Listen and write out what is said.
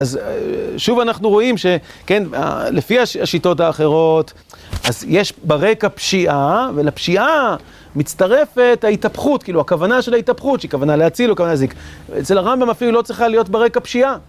אז שוב אנחנו רואים כן שלפי השיטות האחרות יש ברקע פשיעה ולפשיעה מצטרפת ההתהפכות, הכוונה של ההתהפכות שהיא כוונה להציל או כוונה להזיק אצל הרמב״ם אפילו לא צריכה להיות ברקע פשיעה